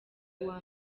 uwa